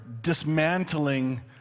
dismantling